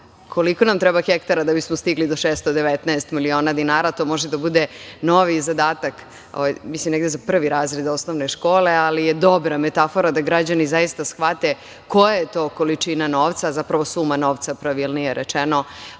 koliko nam treba hektara da bismo stigli do 619 miliona dinara? To može da bude novi zadatak, mislim negde za prvi razred osnovne škole, ali je dobra metafora da građani zaista shvate koja je to količina novca, zapravo suma novca, pravilnije rečeno,